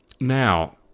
Now